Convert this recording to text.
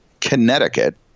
Connecticut